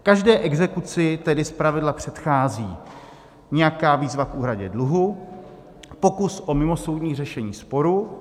Každé exekuci tedy zpravidla předchází nějaká výzva k úhradě dluhu, pokus o mimosoudní řešení sporu.